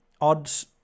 odds